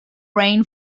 rain